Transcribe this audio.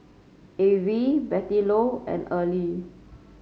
Avie Bettylou and Early